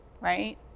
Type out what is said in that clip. right